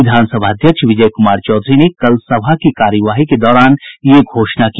विधान सभा अध्यक्ष विजय कुमार चौधरी ने कल सभा की कार्यवाही के दौरान यह घोषणा की